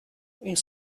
une